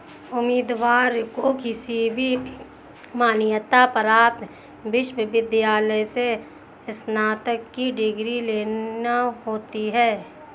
उम्मीदवार को किसी भी मान्यता प्राप्त विश्वविद्यालय से स्नातक की डिग्री लेना होती है